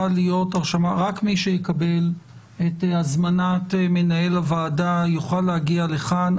שרק מי שיקבל את הזמנת מנהל הוועדה יוכל להגיע לכאן,